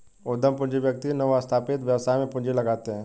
उद्यम पूंजी व्यक्ति नवस्थापित व्यवसाय में पूंजी लगाते हैं